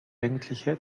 eigentliche